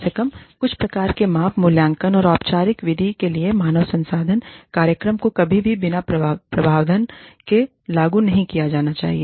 कम से कम कुछ प्रकार के माप और मूल्यांकन की औपचारिक विधि के लिए मानव संसाधन कार्यक्रम को कभी भी बिना प्रावधान के लागू नहीं किया जाना चाहिए